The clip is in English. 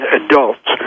adults